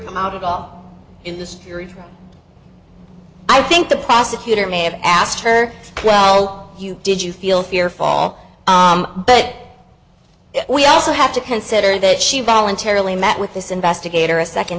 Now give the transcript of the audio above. come out of god in this theory i think the prosecutor may have asked her well you did you feel fear fall but we also have to consider that she voluntarily met with this investigator a second